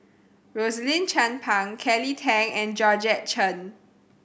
Rosaline Chan Pang Kelly Tang and Georgette Chen